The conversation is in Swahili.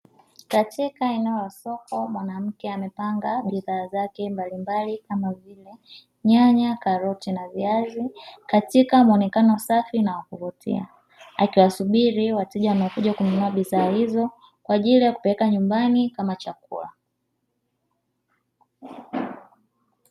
Katika eneo la soko mwanamke amepanga bidhaa zake mbalimbali kama vile: nyanya, karoti na viazi; katika muonekano safi na wa kuvutia, akiwasubiri wateja wanaokuja kununua bidhaa hizo kwa ajili ya kupeleka nyumbani kama chakula.